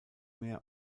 mehr